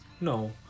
no